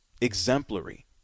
exemplary